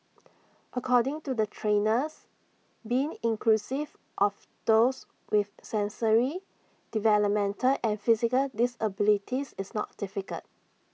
according to the trainers being inclusive of those with sensory developmental and physical disabilities is not difficult